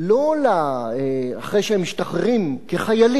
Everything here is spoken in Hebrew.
לא מייד אחרי שהם משתחררים כחיילים,